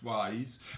ways